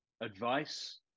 advice